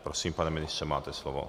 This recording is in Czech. Prosím, pane ministře, máte slovo.